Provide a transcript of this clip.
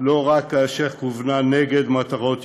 לא רק כאשר כוונה נגד מטרות יהודיות,